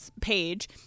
page